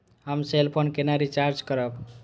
हम cell phone केना recharge करब?